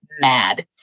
mad